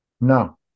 No